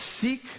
seek